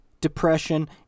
depression